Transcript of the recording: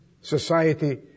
society